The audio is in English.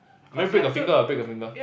maybe break a finger break a finger